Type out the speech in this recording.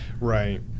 Right